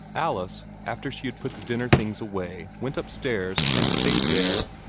alice, after she had put the dinner things away, went upstairs, and stayed there.